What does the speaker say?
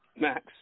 Max